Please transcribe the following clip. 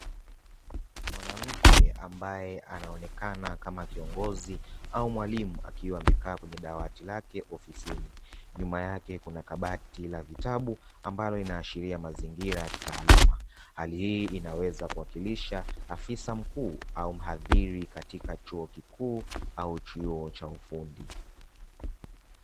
Mwanamke ambaye anaonekana kama kiongozi au mwalimu akiwa amekaa kwenye dawati lake ofisini. Nyuma yake kuna kabati la vitabu ambalo linaashiria mazingira ya kitaaluma. Hali hii inaweza kuwakilisha afisa mkuu au mhadhiri katika chuo kikuu au chuo cha ufundi.